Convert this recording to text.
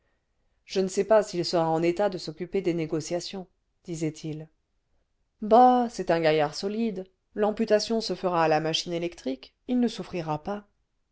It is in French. je ne sais pas s'il sera en état de s'occuper des négociations disait-il bah c'est un gaillard solide l'amputation se fera à la machine électrique il ne souffrira pas